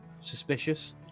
suspicious